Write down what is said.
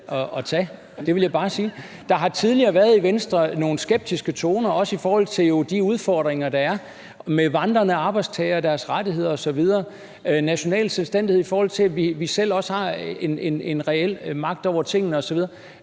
Det vil jeg bare sige. Der har jo i Venstre tidligere været nogle skeptiske toner, også i forhold til de udfordringer, der er med vandrende arbejdstagere og deres rettigheder osv., national selvstændighed, i forhold til at vi også selv har en reel magt over tingene osv.